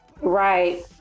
Right